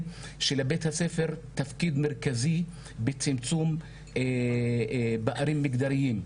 שלבית הספר תפקיד מרכזי בצמצום פערים מגדריים.